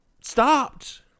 stopped